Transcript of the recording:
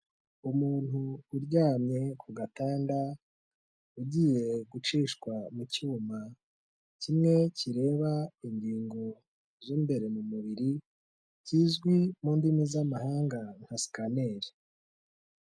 Umuntu uryamye ku gatanda ugiye gucishwa mu cyuma, kimwe kireba ingingo z'imbere mu mubiri kizwi mu ndimi z'amahanga nka sikaneri.